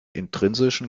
intrinsischen